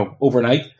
overnight